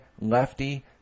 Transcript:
lefty